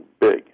big